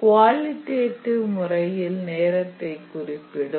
qualitative முறையில் நேரத்தை குறிப்பிடும்